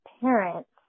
parents